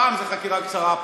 פעם זה חקירה קצרה,